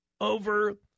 over